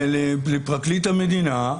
לפרקליט המדינה,